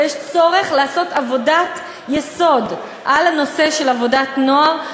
ויש צורך לעשות עבודת יסוד על הנושא של עבודת נוער,